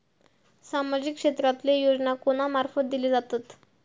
सामाजिक क्षेत्रांतले योजना कोणा मार्फत दिले जातत?